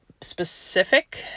specific